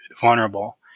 vulnerable